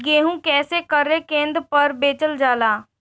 गेहू कैसे क्रय केन्द्र पर बेचल जाला?